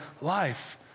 life